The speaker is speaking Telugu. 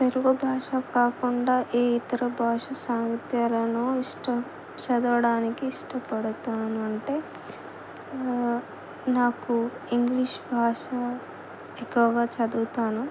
తెలుగు భాష కాకుండా ఏ ఇతర భాష సాహిత్యాలను ఇష్ట చదవడానికి ఇష్టపడతానంటే నాకు ఇంగ్లీష్ భాష ఎక్కువగా చదువుతాను